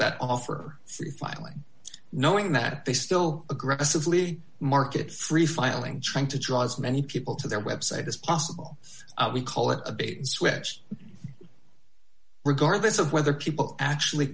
that offer free filing knowing that they still aggressively market free filing trying to draw as many people to their website as possible we call it a bait and switch regardless of whether people actually